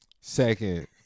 Second